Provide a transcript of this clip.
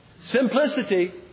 simplicity